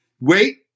Wait